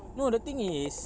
no the thing is